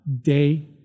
day